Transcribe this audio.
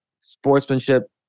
sportsmanship